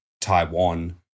Taiwan